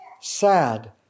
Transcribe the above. sad